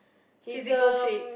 physical trait